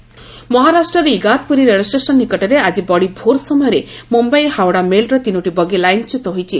ମ୍ମମ୍ୟାଇ ମହାରାଷ୍ଟ୍ରର ଇଗାତପୁରୀ ରେଳଷ୍ଟେସନ୍ ନିକଟରେ ଆଜି ବଡିଭୋର ସମୟରେ ମ୍ରମ୍ୟାଇ ହାଓଡା ମେଲ୍ର ତିନୋଟି ବଗି ଲାଇନ୍ଚ୍ୟତ ହୋଇଛି